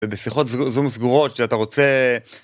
זה בשיחות זום סגורות, שאתה רוצה...